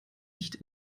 nicht